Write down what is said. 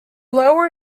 lower